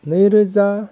नैरोजा